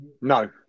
No